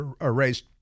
erased